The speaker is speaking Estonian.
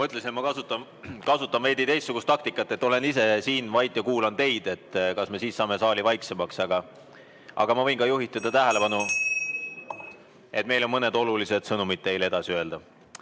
ma kasutan veidi teistsugust taktikat – olen ise siin vait ja kuulan teid, vaatan, kas me siis saame saali vaiksemaks, aga ma võin ka juhtida tähelepanu, (Helistab kella.) et meil on mõned olulised sõnumid teile edasi öelda.